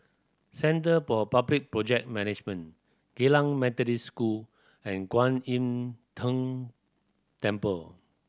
Centre for Public Project Management Geylang Methodist School and Kwan Im Tng Temple